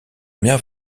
mère